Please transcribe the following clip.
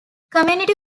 community